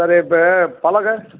சரி இப்போ பலகை